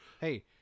Hey